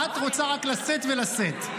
את רוצה רק לשאת ולשאת.